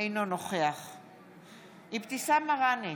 אינו נוכח אבתיסאם מראענה,